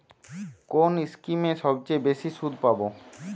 কোন স্কিমে সবচেয়ে বেশি সুদ পাব?